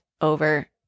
over